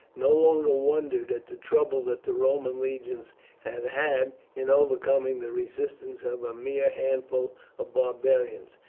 no longer wondered at the trouble that the roman legions had had in overcoming the resistance of a mere handful of barbarians.